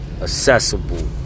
accessible